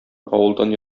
авылдан